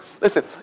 listen